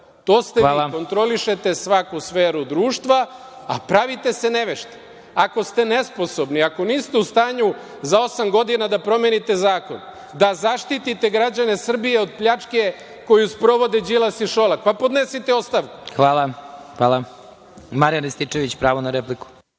ste vi. Kontrolišete svaku sferu društva, a pravite se nevešti. Ako ste nesposobni, ako niste u stanju za osam godina da promenite zakon, da zaštitite građane Srbije od pljačke koju sprovode Đilas i Šolak, pa podnesite ostavku. **Vladimir Marinković** Hvala. Narodni